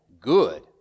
good